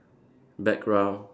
background